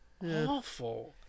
awful